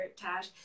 tash